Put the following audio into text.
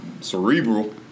cerebral